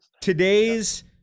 today's